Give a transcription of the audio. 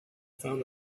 found